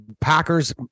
Packers